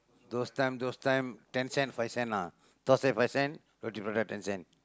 those time those time ten cent five cent lah dosa five cent roti-prata ten cent